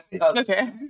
okay